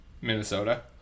Minnesota